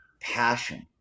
passion